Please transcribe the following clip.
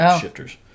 shifters